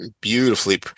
Beautifully